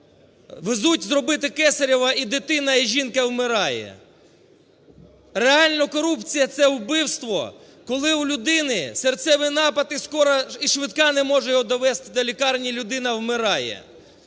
везуть зробити Кесаріво і дитина, і жінка вмирає. Реально корупція – це вбивство, коли у людини серцевий напад і скора... і швидка не може його довезти до лікарні, людина вмирає.